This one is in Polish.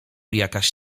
jakaś